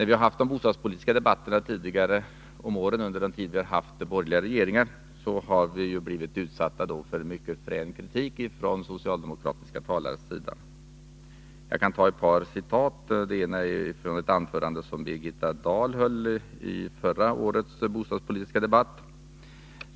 I de bostadspolitiska debatterna under de borgerliga regeringarnas tid blev vi utsatta för mycket frän kritik från socialdemokratiska talare. Jag kan återge ett par citat. Det ena är från ett anförande som Birgitta Dahl höll i förra årets bostadspolitiska debatt.